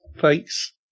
thanks